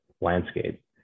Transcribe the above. landscape